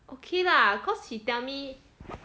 okay lah cause he tell me